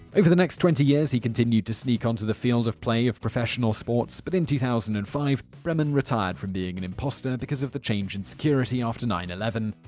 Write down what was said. over the next twenty years, he continued to sneak um on the field of play of professional sports, but in two thousand and five, bremen retired from being an imposter because of the change in security after nine eleven.